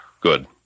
Good